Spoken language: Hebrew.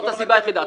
זאת הסיבה היחידה.